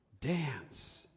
dance